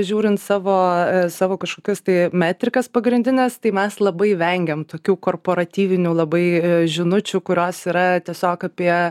žiūrint savo savo kažkokias tai metrikas pagrindines tai mes labai vengiam tokių korporatyvinių labai žinučių kurios yra tiesiog apie